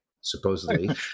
supposedly